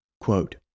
Quote